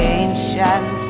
ancient